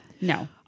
No